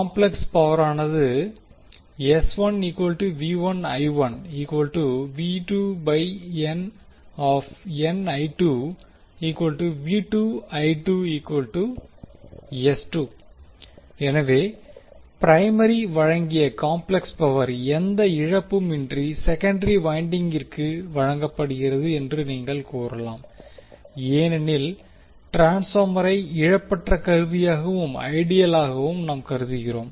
complex பவரானது எனவே primary வழங்கிய காம்ப்ளெக்ஸ் பவர் எந்த இழப்பும் இன்றி செகண்டரி வைண்டிங்கிற்கு வழங்கப்படுகிறது என்று நீங்கள் கூறலாம் ஏனெனில் ட்ரான்ஸ்பார்மரை இழப்பற்ற கருவியாகவும் ஐடியலாகவும் நாம் கருதுகிறோம்